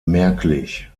merklich